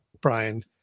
Brian